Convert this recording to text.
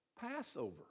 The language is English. Passover